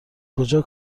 کجا